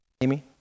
Amy